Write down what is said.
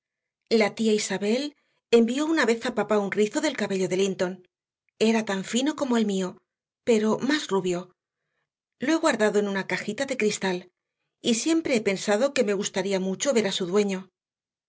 la tía isabel envió una vez a papá un rizo del cabello de linton era tan fino como el mío pero más rubio lo he guardado en una cajita de cristal y siempre he pensado que me gustaría mucho ver a su dueño